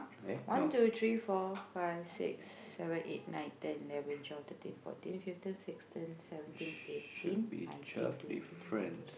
one two three four five six seven eight nine ten eleven twelve thirteen fourteen fifteen sixteen